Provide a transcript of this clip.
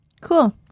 Cool